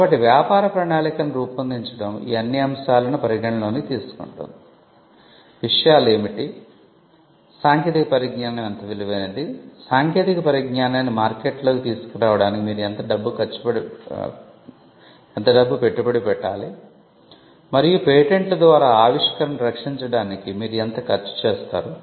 కాబట్టి వ్యాపార ప్రణాళికను రూపొందించడం ఈ అన్ని అంశాలను పరిగణనలోకి తీసుకుంటుంది విషయాలు ఏమిటి సాంకేతిక పరిజ్ఞానం ఎంత విలువైనది సాంకేతిక పరిజ్ఞానాన్ని మార్కెట్లోకి తీసుకురావడానికి మీరు ఎంత డబ్బు పెట్టుబడి పెట్టాలి మరియు పేటెంట్ల ద్వారా ఆవిష్కరణను రక్షించదానికి మీరు ఎంత ఖర్చు చేస్తారు